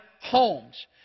homes